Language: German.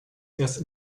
erst